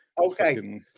Okay